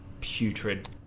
putrid